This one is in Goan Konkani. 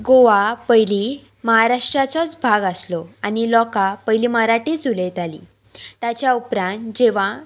गोवा पयलीं महाराष्ट्राचोच भाग आसलो आनी लोकां पयली मराठीच उलयताली ताच्या उपरांत जेवा